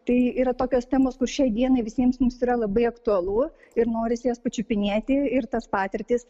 tai yra tokios temos kur šiai dienai visiems mums yra labai aktualu ir norisi jas pačiupinėti ir tas patirtis